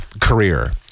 career